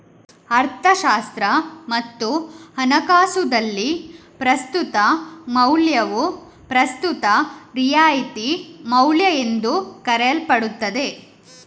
ಅರ್ಥಶಾಸ್ತ್ರ ಮತ್ತು ಹಣಕಾಸುದಲ್ಲಿ, ಪ್ರಸ್ತುತ ಮೌಲ್ಯವು ಪ್ರಸ್ತುತ ರಿಯಾಯಿತಿ ಮೌಲ್ಯಎಂದೂ ಕರೆಯಲ್ಪಡುತ್ತದೆ